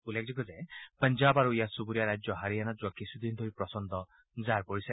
উল্লেখযোগ্য যে পঞ্জাৱ আৰু ইয়াৰ চুবুৰীয়া ৰাজ্য হাৰিয়ানাত যোৱা কিছুদিন ধৰি প্ৰচণ্ড জাৰ পৰিছে